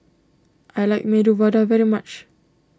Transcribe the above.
I like Medu Vada very much